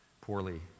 poorly